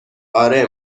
اره